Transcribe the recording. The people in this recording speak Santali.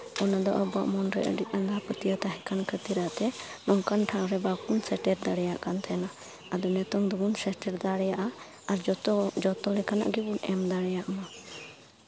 ᱚᱱᱟ ᱫᱚ ᱟᱵᱚᱣᱟᱜ ᱢᱚᱱᱨᱮ ᱟᱹᱰᱤ ᱟᱸᱫᱷᱟ ᱯᱟᱹᱛᱭᱟᱹᱣ ᱛᱟᱦᱮᱸ ᱠᱟᱱ ᱠᱷᱟᱹᱛᱤᱨ ᱛᱮ ᱱᱚᱝᱠᱟᱱ ᱴᱷᱟᱶ ᱨᱮ ᱵᱟᱵᱚᱱ ᱥᱮᱴᱮᱨ ᱫᱟᱲᱮᱭᱟᱜ ᱠᱟᱱ ᱛᱟᱦᱮᱱᱟ ᱟᱫᱚ ᱱᱤᱛᱚᱝ ᱫᱚᱵᱚᱱ ᱥᱮᱴᱮᱨ ᱫᱟᱲᱮᱭᱟᱜᱼᱟ ᱟᱨ ᱡᱚᱛᱚ ᱡᱚᱛᱚ ᱞᱮᱠᱟᱱᱟᱜ ᱜᱮᱵᱚᱱ ᱮᱢ ᱫᱟᱲᱮᱭᱟᱜ ᱢᱟ